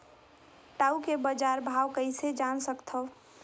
टाऊ के बजार भाव कइसे जान सकथव?